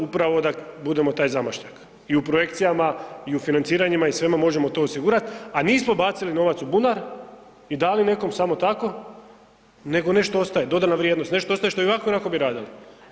Upravo da budemo taj zamašnjak i u projekcijama i u financiranjima možemo to osigurati, a nismo bacili novac u bunar i dali nekom samo tako nego nešto ostaje, dodana vrijednost, nešto ostaje što bi i ovako i onako radili.